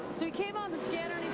so he came on the scanner